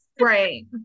Right